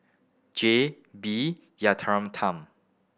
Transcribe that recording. J B